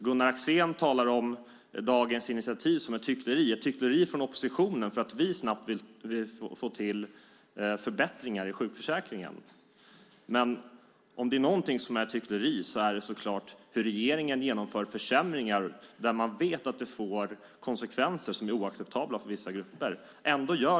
Gunnar Axén talar om dagens initiativ som ett hyckleri från oppositionen för att vi snabbt vill få till förbättringar i sjukförsäkringen. Om det är något som är ett hyckleri är det sättet på vilket regeringen genomför försämringar. Regeringen vet att det får oacceptabla konsekvenser för vissa grupper, och ändå genomför man förändringarna.